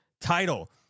Title